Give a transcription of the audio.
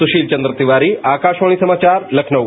सुशील चंद्र तिवारी आकाशवाणी समाचार लखनऊ